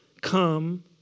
come